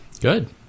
Good